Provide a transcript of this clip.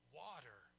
water